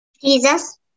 Jesus